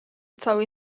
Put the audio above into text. całej